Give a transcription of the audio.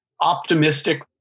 optimistic